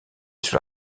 sur